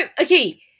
okay